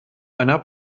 einer